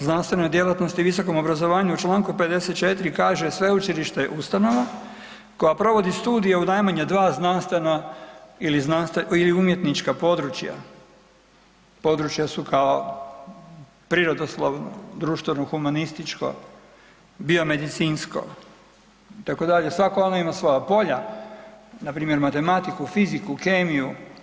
Zakon o znanstvenoj djelatnosti i visokom obrazovanju u čl. 54. kaže, sveučilište je ustanova koja provodi studije u najmanje 2 znanstvena ili, ili umjetnička područja, područja su kao prirodoslovno, društveno, humanističko, biomedicinsko itd., svako ono ima svoja polja, npr. matematiku, fiziku, kemiju.